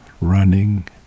running